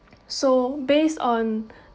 so based on